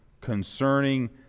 concerning